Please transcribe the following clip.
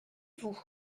vous